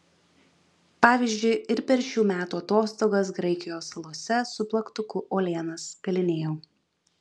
pavyzdžiui ir per šių metų atostogas graikijos salose su plaktuku uolienas kalinėjau